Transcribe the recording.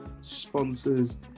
sponsors